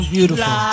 Beautiful